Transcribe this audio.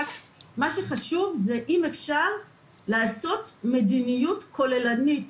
מה שחשוב זה אם אפשר לעשות מדיניות כוללנית.